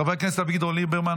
חברי הכנסת אביגדור ליברמן,